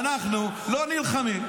אנחנו לא נלחמים,